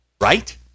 right